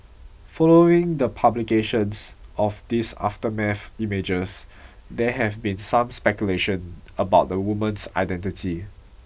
following the publication of these aftermath images there have been some speculation about the woman's identity